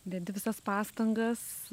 dedi visas pastangas